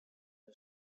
who